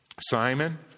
Simon